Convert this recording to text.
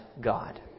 God